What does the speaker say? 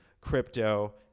crypto